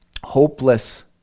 Hopeless